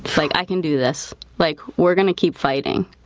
like i can do this. like we're going to keep fighting.